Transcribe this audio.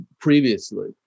previously